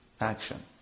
action